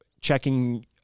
checking